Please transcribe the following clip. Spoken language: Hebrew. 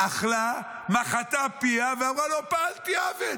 "אכלה ומחתה פיה ואמרה לא פעלתי און".